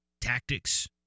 tactics